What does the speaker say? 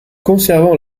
conservant